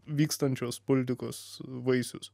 vykstančios politikos vaisius